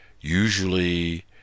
usually